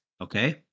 okay